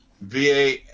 VA